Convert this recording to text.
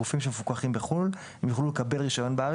שמפוקחים בחו"ל; הם יוכלו לקבל רישיון בארץ